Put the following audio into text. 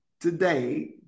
today